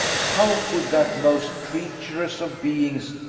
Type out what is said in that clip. how could that most treacherous of beings,